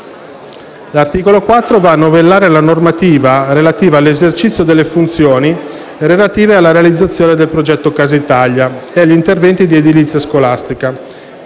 L'articolo 4 va a novellare la normativa relativa all'esercizio delle funzioni relative alla realizzazione del progetto Casa Italia e agli interventi di edilizia scolastica,